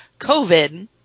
COVID